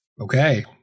Okay